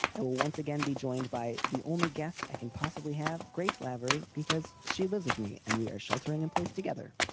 i will once again be joined by the only guest i can possibly have. grace lavery, because she lives with me and we are sheltering in place together.